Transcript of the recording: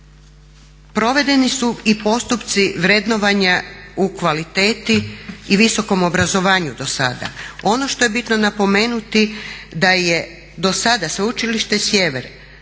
Provedeni su i postupci vrednovanja u kvaliteti i visokom obrazovanju dosada. Ono što je bitno napomenuti da je dosada Sveučilište Sjever